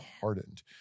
hardened